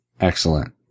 Excellent